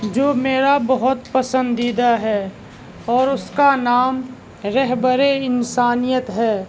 جو میرا بہت پسندیدہ ہے اور اس کا نام رہبر انسانیت ہے